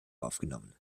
aufgenommen